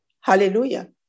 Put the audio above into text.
Hallelujah